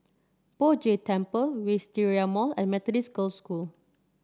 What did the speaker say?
Poh Jay Temple Wisteria Mall and Methodist Girls' School